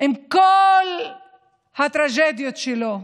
עם כל הטרגדיות שלו,